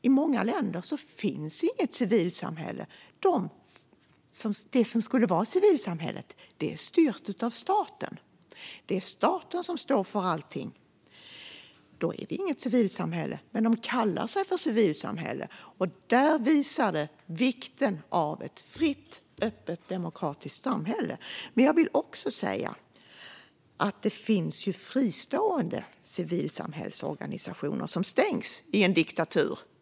I många länder finns inget civilsamhälle. Det som skulle vara civilsamhället är styrt av staten. Det är staten som står för allt. Då är det inget civilsamhälle, men det kallar sig för civilsamhälle. Där visas vikten av ett fritt, öppet och demokratiskt samhälle. Men jag vill också säga att det finns fristående civilsamhällesorganisationer som stängs i en diktatur.